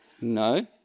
No